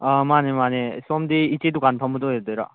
ꯑꯥ ꯃꯥꯟꯅꯦ ꯃꯥꯟꯅꯦ ꯁꯣꯝꯗꯤ ꯏꯆꯦ ꯗꯨꯀꯥꯟ ꯐꯝꯕꯗꯨ ꯑꯣꯏꯗꯣꯏꯔꯣ